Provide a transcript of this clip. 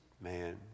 man